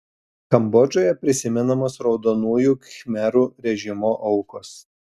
kambodžoje prisimenamos raudonųjų khmerų režimo aukos